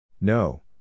No